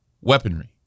weaponry